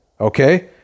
okay